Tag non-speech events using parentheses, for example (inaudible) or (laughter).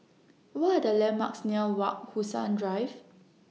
What Are The landmarks near Wak (unintelligible) Drive